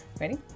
Ready